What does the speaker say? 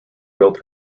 built